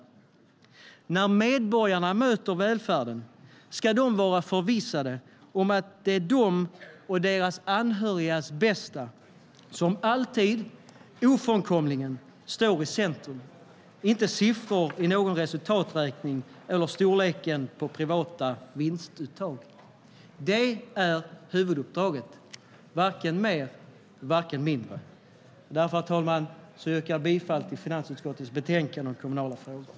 Herr talman! Därför yrkar jag bifall till förslaget i finansutskottets betänkande om kommunala frågor.